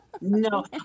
No